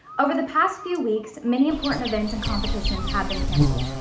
over the past few weeks, many important events and competitions have been canceled.